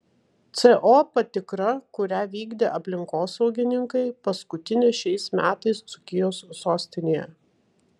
co patikra kurią vykdė aplinkosaugininkai paskutinė šiais metais dzūkijos sostinėje